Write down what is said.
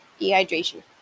dehydration